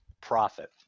profit